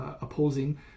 opposing